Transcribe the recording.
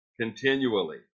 continually